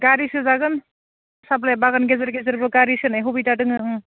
गारि सोजागोन साहा बागान गेजेर गेजेरबो गारि सोनाय सुबिदा दङ